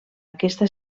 aquesta